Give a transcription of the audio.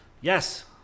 Yes